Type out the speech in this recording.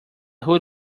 azul